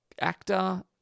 actor